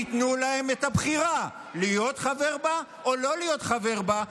תנו להם את הבחירה להיות חבר בה או לא להיות חבר בה,